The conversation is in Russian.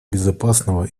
безопасного